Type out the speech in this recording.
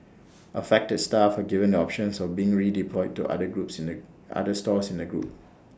affected staff are given the options of being redeployed to other groups in the other stores in the group